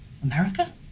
America